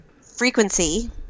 frequency